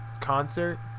concert